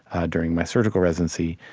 during my surgical residency,